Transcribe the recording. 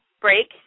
break